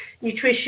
nutrition